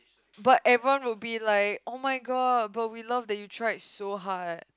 but everyone will be like [oh]-my-god but we love that you tried to hard